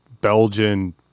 Belgian